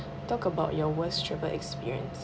talk about your worst travel experience